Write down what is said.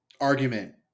argument